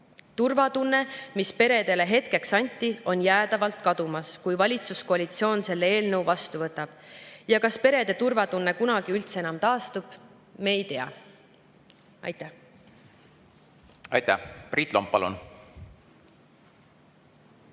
Turvatunne, mis peredele hetkeks anti, on jäädavalt kadumas, kui valitsuskoalitsioon selle eelnõu vastu võtab. Kas perede turvatunne kunagi üldse enam taastub? Me ei tea. Aitäh! Näiteks jätta ära